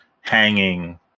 hanging